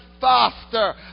faster